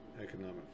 economic